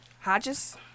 Hodges